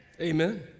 Amen